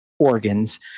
organs